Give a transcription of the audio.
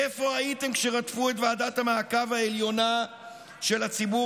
איפה הייתם כשרדפו את ועדת המעקב העליונה של הציבור